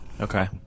Okay